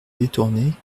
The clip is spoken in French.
détournée